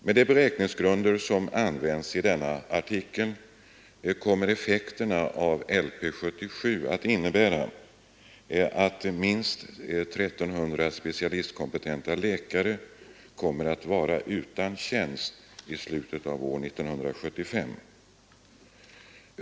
Med de beräkningsgrunder som använts i artikeln kommer effekterna av LP 77 att innebära, att minst 1 300 specialistkompetenta läkare kommer att vara utan tjänst vid slutet av år 1975.